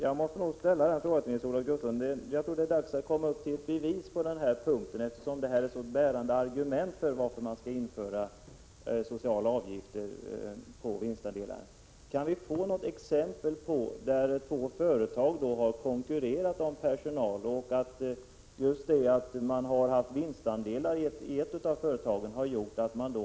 Jag vill gärna uppehålla mig vid den frågan och be Nils-Olof Gustafsson komma upp till bevis på den här punkten, eftersom detta är ett sådant bärande argument för exempel på att två företag har konkurrerat om personal och att just det företag som haft vinstandelssystem lockat till sig de sökande?